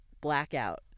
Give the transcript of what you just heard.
blackout